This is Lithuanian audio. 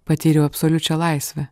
patyriau absoliučią laisvę